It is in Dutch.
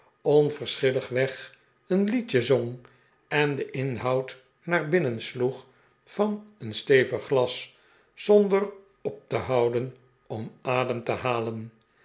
onverschillig weg een liedje zong en den inhoud naar binnen sloeg van een stevig glas zonder op te houden om adem te halen